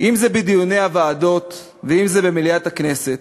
אם זה בדיוני הוועדות ואם זה במליאת הכנסת,